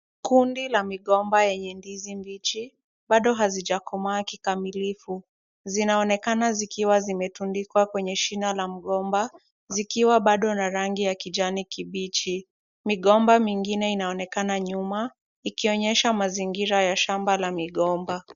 Kundi la migomba yenye ndizi mbichi, bado hazijakomaa kikamilifu. Zinaonekana zikiwa zimetundikwa kwenye shina la mgomba, zikiwa bado na rangi ya kijani kibichi. Migomba mingine inaonekana nyuma, ikionyesha mazingira ya shamba la migomba.